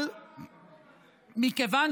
אבל מכיוון